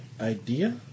Idea